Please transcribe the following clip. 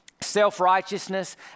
self-righteousness